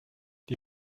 die